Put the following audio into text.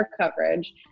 coverage